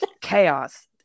chaos